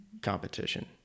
competition